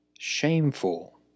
Shameful